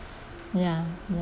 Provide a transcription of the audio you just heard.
ya ya